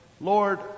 lord